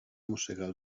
mossegar